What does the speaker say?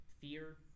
fear